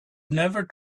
never